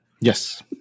yes